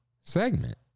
segment